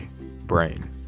brain